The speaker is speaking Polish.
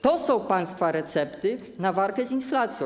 To są państwa recepty na walkę z inflacją.